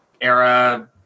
era